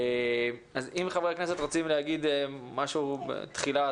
אז אם חברי הכנסת רוצים להגיד משהו בתחילה,